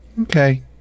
Okay